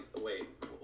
wait